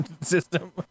system